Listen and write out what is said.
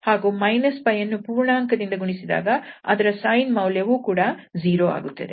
ಹಾಗೂ 𝜋 ಯನ್ನು ಪೂರ್ಣಾಂಕದಿಂದ ಗುಣಿಸಿದಾಗ ಅದರ sine ಮೌಲ್ಯವು ಕೂಡ 0 ಆಗುತ್ತದೆ